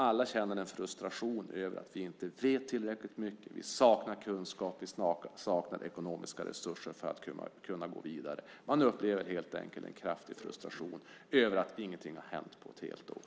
Alla känner en frustration över att vi inte vet tillräckligt. Vi saknar kunskap, och vi saknar ekonomiska resurser för att kunna gå vidare. Man upplever helt enkelt en kraftig frustration över att ingenting har hänt på ett helt år.